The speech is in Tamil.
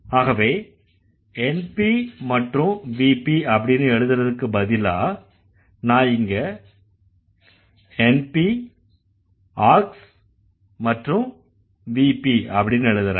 ஆகவே NP மற்றும் VP அப்படின்னு எழுதறதுக்கு பதிலா நான் இங்க NP Aux மற்றும் VP அப்படின்னு எழுதறேன்